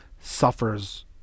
Suffers